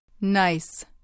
Nice